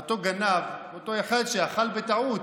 אותו גנב, אותו אחד שאכל בטעות: